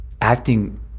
acting